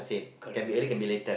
correct correct